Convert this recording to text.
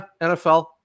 nfl